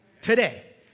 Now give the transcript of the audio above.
today